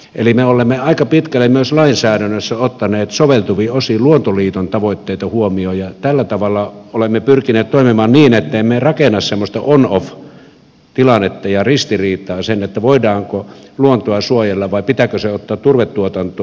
eli me olemme aika pitkälle myös lainsäädännössä ottaneet soveltuvin osin luontoliiton tavoitteita huomioon ja tällä tavalla olemme pyrkineet toimimaan niin ettemme rakenna semmoista onoff tilannetta ja ristiriitaa että voidaanko luontoa suojella vai pitääkö se ottaa turvetuotantoon